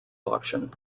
auction